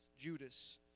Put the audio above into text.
Judas